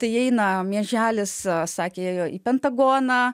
tai eina mieželis sakė ėjo į pentagoną